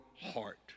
heart